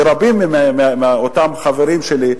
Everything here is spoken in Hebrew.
רבים מאותם חברים שלי,